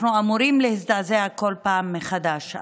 אנחנו אמורים להזדעזע בכל פעם מחדש.